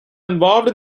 involved